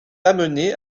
amener